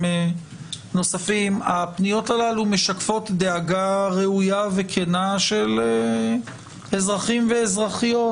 נוספים משקפות דאגה ראויה וכנה של אזרחים ואזרחיות